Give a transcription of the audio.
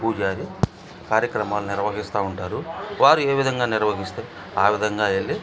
పూజారి కార్యక్రమాలు నిర్వహిస్తూ ఉంటారు వారు ఏ విధంగా నిర్వహిస్తే ఆ విధంగా వెళ్ళి